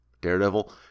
Daredevil